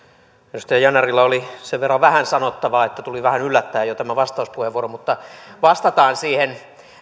edustaja yanarilla oli sen verran vähän sanottavaa että tuli vähän yllättäen jo tämä vastauspuheenvuoro mutta vastataan siihen